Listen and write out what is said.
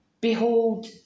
behold